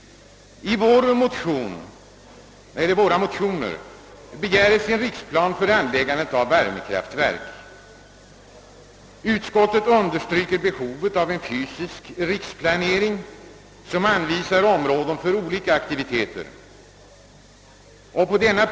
I våra motioner begärs en riksplan för anläggande av värmekraftverk. Utskottet understryker behovet av en fysisk riksplanering som anvisar områden för olika aktiviteter.